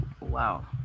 wow